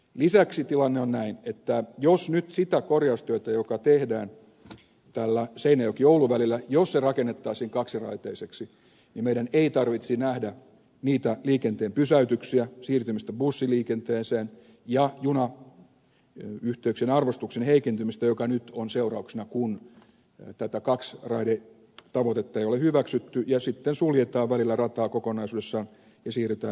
lisäksi tilanne on näin että jos nyt sitä korjaustyötä joka tehdään tällä seinäjokioulu välillä jos se rakennettaisiin kaksiraiteiseksi niin meidän ei tarvitsisi nähdä niitä liikenteen pysäytyksiä siirtymistä bussiliikenteeseen ja junayhteyksien arvostuksen heikentymistä joka nyt on seurauksena kun tätä kaksiraidetavoitetta ei ole hyväksytty ja sitten suljetaan välillä rataa kokonaisuudessaan ja siirrytään bussiliikenteen käyttöön